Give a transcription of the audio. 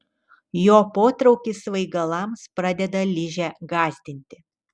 jo potraukis svaigalams pradeda ližę gąsdinti